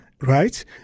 right